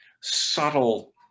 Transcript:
subtle